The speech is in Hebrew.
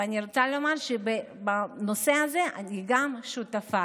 ואני רוצה לומר שבנושא הזה אני גם שותפה.